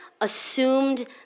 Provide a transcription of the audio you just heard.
assumed